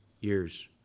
years